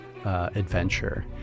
Adventure